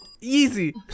Easy